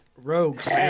Rogues